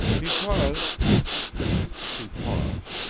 because she paused,